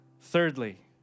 Thirdly